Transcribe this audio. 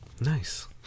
Nice